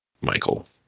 Michael